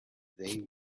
they